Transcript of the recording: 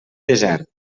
desert